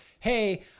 hey